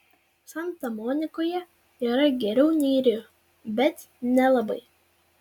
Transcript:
santa monikoje yra geriau nei rio bet nelabai